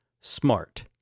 SMART